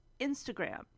Instagram